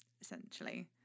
essentially